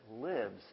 lives